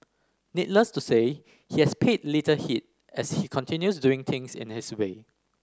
needless to say he has paid little heed as he continues doing things in his way